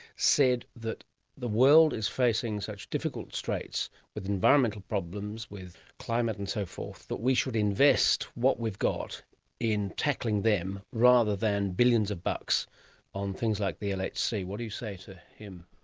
said that the world is facing such difficult straits with environmental problems, with climate and so forth, that we should invest what we've got in tackling them rather than billions of bucks on things like the like lhc. what do you say to him?